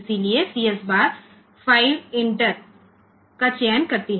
इसलिए CS बार file enter का चयन करती है